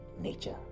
nature